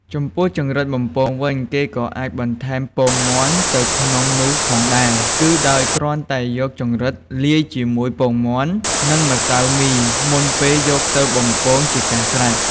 ចំពោះចង្រិតបំពងវិញ គេក៏អាចបន្ថែមពងមាន់ទៅក្នុងនោះផងដែរ គឺដោយគ្រាន់តែយកចង្រិតលាយជាមួយពងមាន់ និងម្សៅមីមុនពេលយកទៅបំពងជាការស្រេច។